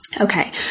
Okay